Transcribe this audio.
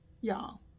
y'all